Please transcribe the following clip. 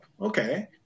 Okay